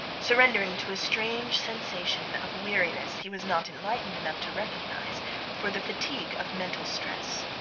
surrendering to a strange sensation of weariness he was not enlightened enough to recognize for the fatigue of mental stress.